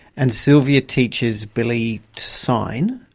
and silvia teaches billy to sign,